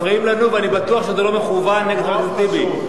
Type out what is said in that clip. אתם מפריעים לנו ואני בטוח שזה לא מכוון נגד חבר הכנסת טיבי.